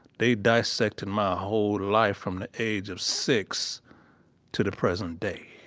they dissected my whole life from the age of six to the present day.